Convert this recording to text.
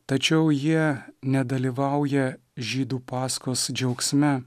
tačiau jie nedalyvauja žydų paskos džiaugsme